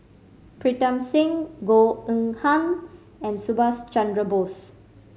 Pritam Singh Goh Eng Han and Subhas Chandra Bose